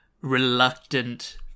reluctant